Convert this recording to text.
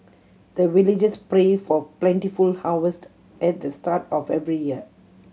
the villagers pray for plentiful harvest at the start of every year